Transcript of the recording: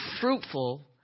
fruitful